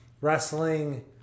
wrestling